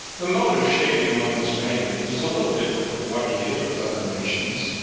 the mode of shaving among the spaniards is a little different from what it is with other nations.